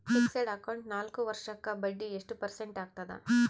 Fixed account ನಾಲ್ಕು ವರ್ಷಕ್ಕ ಬಡ್ಡಿ ಎಷ್ಟು ಪರ್ಸೆಂಟ್ ಆಗ್ತದ?